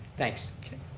thanks. okay,